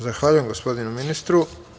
Zahvaljujem gospodinu ministru.